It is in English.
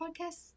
podcast